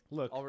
Look